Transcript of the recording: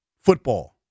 football